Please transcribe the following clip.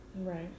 right